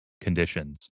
conditions